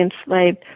enslaved